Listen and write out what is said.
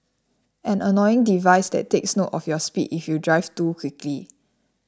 an annoying device that takes note of your speed if you drive too quickly